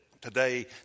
today